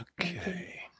Okay